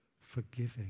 forgiving